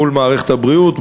מול מערכת הבריאות,